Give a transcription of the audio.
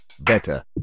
Better